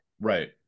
Right